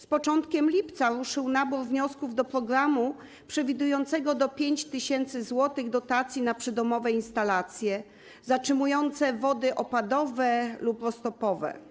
Z początkiem lipca ruszył nabór wniosków do programu przewidującego do 5 tys. zł dotacji na przydomowe instalacje zatrzymujące wody opadowe lub roztopowe.